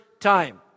time